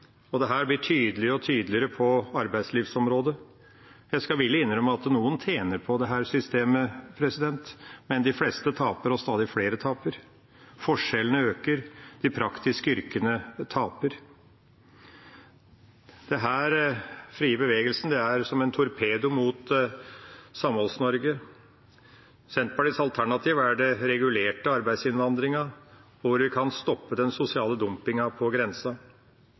blir tydeligere og tydeligere på arbeidslivsområdet. Jeg skal villig innrømme at noen tjener på dette systemet, men de fleste taper, og stadig flere taper. Forskjellene øker, de praktiske yrkene taper. Den frie bevegelsen er som en torpedo mot Samholds-Norge. Senterpartiets alternativ er den regulerte arbeidsinnvandringen hvor vi kan stoppe den sosiale dumpingen på grensa.